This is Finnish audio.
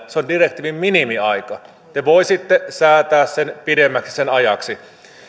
on direktiivin minimiaika te voisitte säätää pidemmäksi sen ajan